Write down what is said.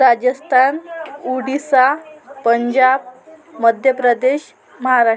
Rajasthan Odisha Punjab Madhya Pradesh Maharashtra